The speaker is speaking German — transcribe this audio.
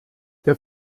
der